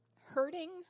hurting